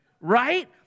Right